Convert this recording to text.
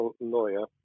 lawyer